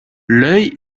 l’œil